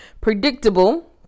predictable